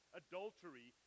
adultery